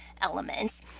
elements